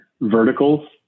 verticals